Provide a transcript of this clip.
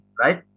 right